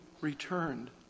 returned